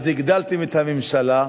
אז הגדלתם את הממשלה,